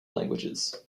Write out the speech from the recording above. languages